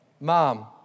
Mom